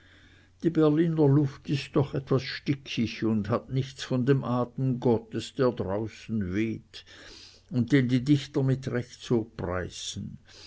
die berliner luft ist doch etwas stickig und hat nichts von dem atem gottes der draußen weht und den die dichter mit recht so preisen